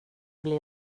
bli